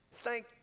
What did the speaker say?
thank